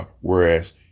Whereas